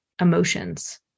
emotions